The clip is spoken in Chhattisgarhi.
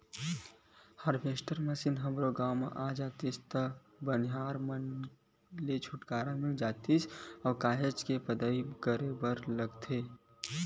हारवेस्टर मसीन हमरो गाँव म आ जातिस त बनिहार मन ले छुटकारा मिल जातिस काहेच के पदई करे बर लगथे